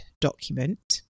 document